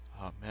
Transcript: Amen